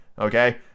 Okay